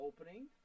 opening